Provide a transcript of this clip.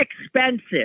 expensive